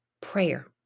prayer